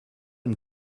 and